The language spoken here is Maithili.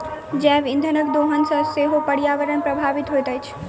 जैव इंधनक दोहन सॅ सेहो पर्यावरण प्रभावित होइत अछि